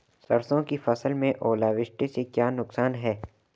सरसों की फसल में ओलावृष्टि से क्या नुकसान है?